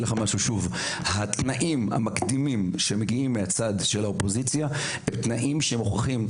התנאים המקדימים שמגיעים מצד האופוזיציה הם תנאים שמוכיחים,